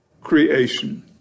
creation